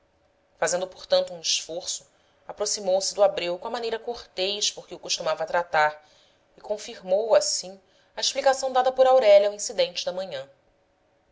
fazendo portanto um esforço aproximou-se do abreu com a maneira cortês por que o costumava tratar e confirmou assim a explicação dada por aurélia ao incidente da manhã